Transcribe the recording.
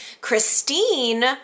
Christine